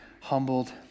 humbled